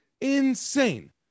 insane